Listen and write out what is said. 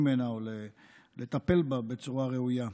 או לטפל בה בצורה ראויה,